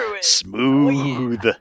Smooth